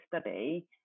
study